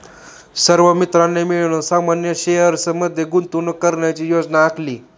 सर्व मित्रांनी मिळून सामान्य शेअर्स मध्ये गुंतवणूक करण्याची योजना आखली